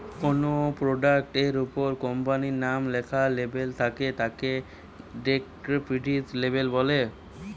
কোনো প্রোডাক্ট এর উপর কোম্পানির নাম লেখা লেবেল থাকে তাকে ডেস্ক্রিপটিভ লেবেল বলে